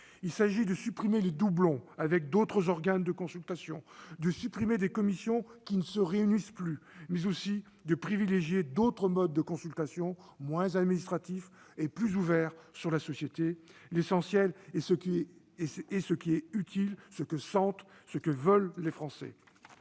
Il s'agit de réduire les doublons avec d'autres organes de consultation, de supprimer des commissions qui ne se réunissent plus, mais aussi de privilégier d'autres modes de consultation, moins administratifs et plus ouverts sur la société : l'essentiel, c'est ce qui est utile, ce que sentent, ce que veulent les Français.